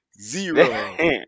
Zero